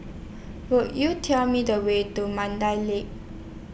Could YOU Tell Me The Way to Mandai Lake